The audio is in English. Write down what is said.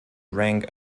rank